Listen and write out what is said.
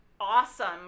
awesome